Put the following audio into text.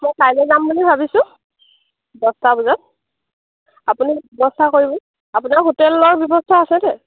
মই কাইলে যাম বুলি ভাবিছোঁ দহটা বজাত আপুনি ব্যৱস্থা কৰিবনে আপোনাৰ হোটেলৰ ব্যৱস্থা আছেনে